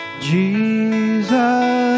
Jesus